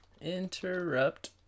interrupt